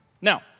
Now